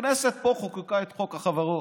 הכנסת חוקקה את חוק החברות,